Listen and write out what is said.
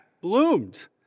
bloomed